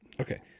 Okay